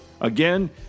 Again